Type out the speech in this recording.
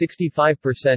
65%